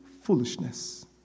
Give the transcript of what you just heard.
foolishness